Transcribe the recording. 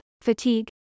fatigue